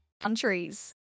Countries